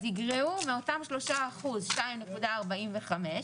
יגרעו מאותם 3% - 2.45%,